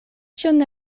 ĉion